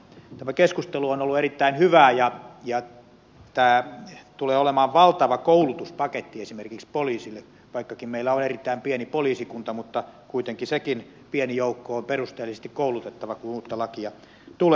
tämä keskustelu on ollut erittäin hyvää ja tämä tulee olemaan valtava koulutuspaketti esimerkiksi poliisille vaikkakin meillä on erittäin pieni poliisikunta mutta kuitenkin sekin pieni joukko on perusteellisesti koulutettava kun uutta lakia tulee